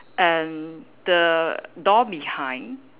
and the door behind